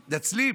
מתנצלים,